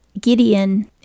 Gideon